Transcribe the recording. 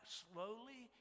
slowly